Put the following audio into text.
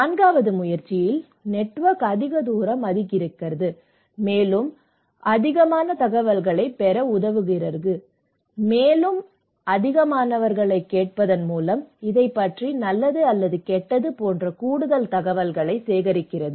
நான்காவது முயற்சியில் நெட்வொர்க் அதிக தூரம் அதிகரிக்கிறது மேலும் மேலும் அதிகமான தகவல்களைப் பெற உதவுகிறது மேலும் அதிகமானவர்களைக் கேட்பதன் மூலம் இதைப் பற்றி நல்லது அல்லது கெட்டது போன்ற கூடுதல் தகவல்களை சேகரிக்கிறது